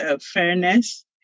fairness